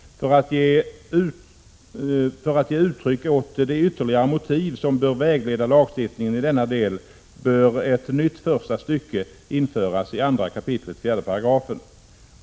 För att ge uttryck åt det ytterligare motiv som bör vägleda lagstiftningen i denna del bör ett nytt första stycke införas i andra kapitlets fjärde paragraf.